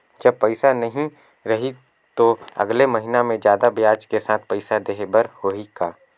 जब पइसा नहीं रही तो अगले महीना मे जादा ब्याज के साथ पइसा देहे बर होहि का?